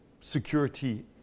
security